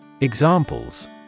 Examples